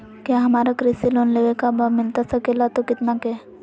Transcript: क्या हमारा कृषि लोन लेवे का बा मिलता सके ला तो कितना के?